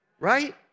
Right